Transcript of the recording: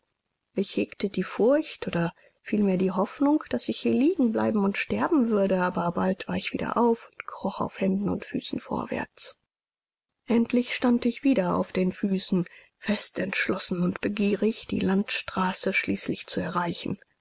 ich hegte die furcht oder vielmehr die hoffnung daß ich hier liegen bleiben und sterben würde aber bald war ich wieder auf und kroch auf händen und füßen vorwärts endlich stand ich wieder auf den füßen fest entschlossen und begierig die landstraße schließlich zu erreichen